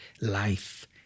life